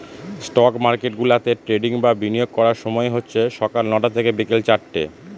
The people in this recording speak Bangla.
স্টক মার্কেট গুলাতে ট্রেডিং বা বিনিয়োগ করার সময় হচ্ছে সকাল নটা থেকে বিকেল চারটে